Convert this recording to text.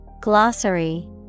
Glossary